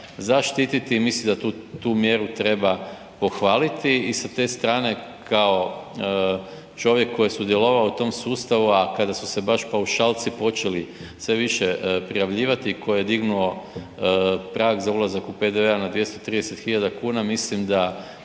zaštititi, mislim da tu mjeru treba pohvaliti i sa te strane kao čovjek koji je sudjelovao u tom sustavu, a kada su se baš paušalci počeli sve više prijavljivati tko je dignuo prag za ulazak u PDV-a na 230.000,00 kn mislim da